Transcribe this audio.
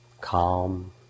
calm